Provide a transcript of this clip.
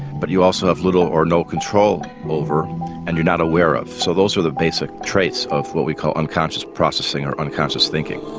but you also have little no control over and you're not aware of. so those are the basic traits of what we call unconscious processing or unconscious thinking.